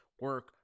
Work